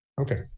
okay